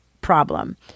problem